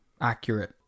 accurate